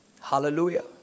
Hallelujah